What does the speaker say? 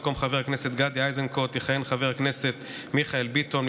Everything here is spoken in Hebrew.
במקום חבר הכנסת גדי איזנקוט יכהן חבר הכנסת מיכאל ביטון,